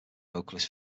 vocalist